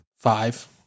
five